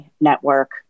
Network